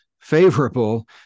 favorable